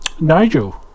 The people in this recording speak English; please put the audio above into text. Nigel